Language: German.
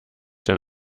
dann